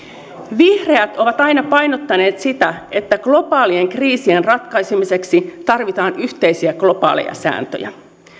vihreät ovat aina painottaneet sitä että globaalien kriisien ratkaisemiseksi tarvitaan yhteisiä globaaleja sääntöjä